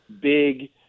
big